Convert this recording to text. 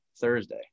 Thursday